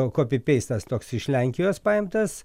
kopi peistas toks iš lenkijos paimtas